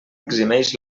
eximeix